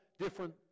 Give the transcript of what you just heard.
different